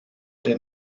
der